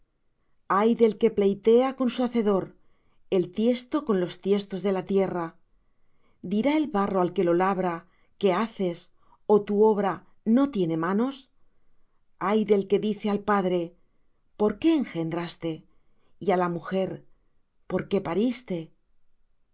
ay del que pleitea con su hacedor el tiesto con los tiestos de la tierra dirá el barro al que lo labra qué haces ó tu obra no tiene manos ay del que dice al padre por qué engendraste y á la mujer por qué pariste así